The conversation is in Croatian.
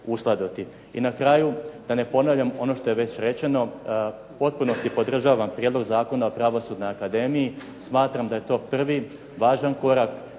I na kraju, da ne ponavljam ono što je već rečeno, u potpunosti podržavam Prijedlog zakona o Pravosudnoj akademiji. Smatram da je to prvi važan korak